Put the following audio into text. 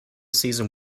season